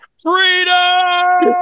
Freedom